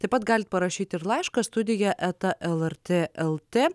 taip pat galit parašyt ir laišką studija eta lrt lt